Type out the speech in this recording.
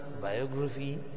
Biography